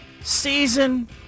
season